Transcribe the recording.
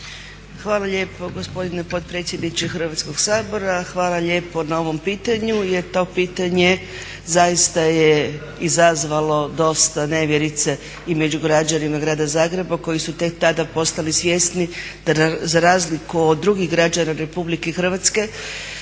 Hvala lijepo gospodine potpredsjedniče Hrvatskoga sabora. Hvala lijepo na tom pitanju, jer to pitanje zaista je izazvalo dosta nevjerice i među građanima grada Zagreba koji su tek tada postali svjesni da za razliku od drugih građana Republike Hrvatske